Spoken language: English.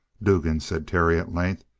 dugan, said terry at length,